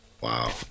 Wow